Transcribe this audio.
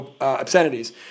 obscenities